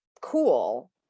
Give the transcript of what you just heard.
cool